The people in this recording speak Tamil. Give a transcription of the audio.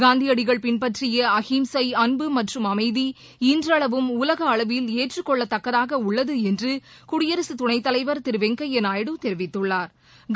காந்தியடிகள் பின்பற்றிய அகிம்சை அன்பு மற்றும் அமைதி இன்றளவும் உலக அளவில் ஏற்றுக் கொள்ளத்தக்கதாக உள்ளது என்று குயடிரசுத் துணைத்தலைவர் திரு வெங்கையா நாயுடு தெரிவித்துள்ளாா்